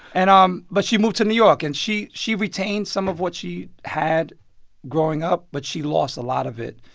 and um but she moved to new york, and she she retained some of what she had growing up, but she lost a lot of it.